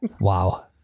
wow